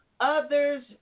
others